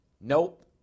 nope